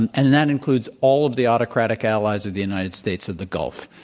and and and that includes all of the autocratic allies of the united states of the gulf.